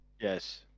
Yes